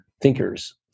thinkers